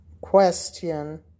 question